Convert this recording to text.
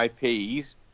IPs